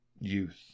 youth